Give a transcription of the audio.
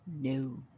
No